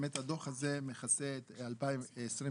הדוח הזה מכסה את 2022,